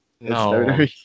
No